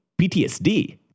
PTSD